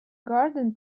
garden